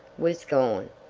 was gone,